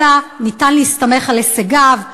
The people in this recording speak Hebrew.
אלא ניתן להסתמך על הישגיו,